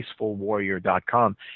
peacefulwarrior.com